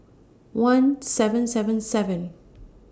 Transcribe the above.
one seven seven seven